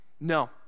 No